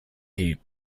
heat